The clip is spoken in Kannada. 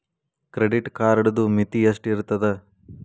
ಕ್ರೆಡಿಟ್ ಕಾರ್ಡದು ಮಿತಿ ಎಷ್ಟ ಇರ್ತದ?